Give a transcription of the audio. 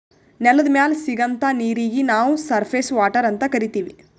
ನೆಲದ್ ಮ್ಯಾಲ್ ಸಿಗಂಥಾ ನೀರೀಗಿ ನಾವ್ ಸರ್ಫೇಸ್ ವಾಟರ್ ಅಂತ್ ಕರೀತೀವಿ